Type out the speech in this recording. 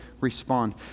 respond